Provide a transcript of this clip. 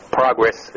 progress